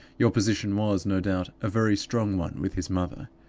your position was, no doubt, a very strong one with his mother.